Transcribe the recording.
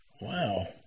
Wow